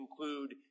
include